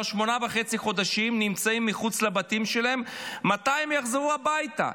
שמונה וחצי חודשים נמצאים מחוץ לבתים שלהם מתי הם יחזרו הביתה.